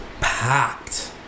packed